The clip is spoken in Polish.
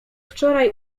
wczoraj